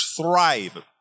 thrive